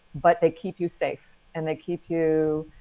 but they keep you safe and they keep you